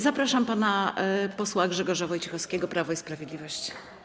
Zapraszam pana posła Grzegorza Wojciechowskiego, Prawo i Sprawiedliwość.